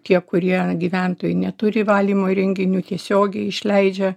tie kurie gyventojai neturi valymo įrenginių tiesiogiai išleidžia